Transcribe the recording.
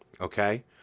okay